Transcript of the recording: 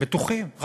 בטוחים,